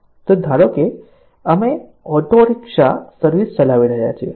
તો ધારો કે અમે ઓટો રિક્ષા સર્વિસ ચલાવી રહ્યા છીએ